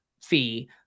fee